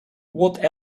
what